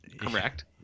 Correct